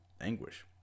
anguish